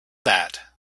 that